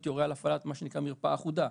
יורה על הפעלת מה שנקרא "מרפאה אחודה".